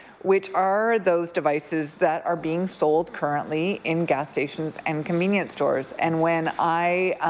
which are those devices that are being sold currently in gas stations and convenience stores and when i,